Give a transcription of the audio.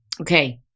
Okay